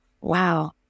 Wow